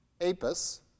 apis